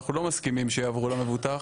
שאנחנו לא מסכימים שיועברו למבוטח